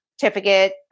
certificate